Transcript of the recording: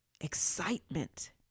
excitement